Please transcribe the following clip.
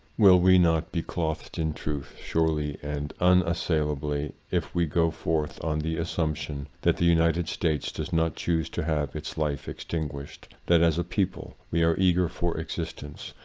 will we not be clothed in truth, surely and unassailab ly, if we go forth on the assumption that the united states does not choose to have its life extinguished, that as a people we are eager for existence,